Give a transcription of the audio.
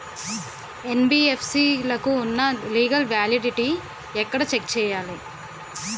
NBFC లకు ఉన్నా legal validity ఎక్కడ చెక్ చేయాలి?